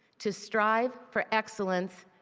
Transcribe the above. to strive for excellence,